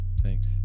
Thanks